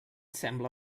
sembla